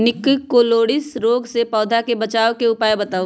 निककरोलीसिस रोग से पौधा के बचाव के उपाय बताऊ?